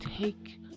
take